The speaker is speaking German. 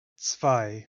zwei